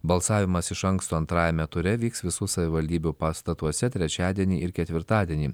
balsavimas iš anksto antrajame ture vyks visų savivaldybių pastatuose trečiadienį ir ketvirtadienį